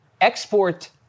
export